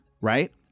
right